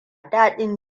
daɗin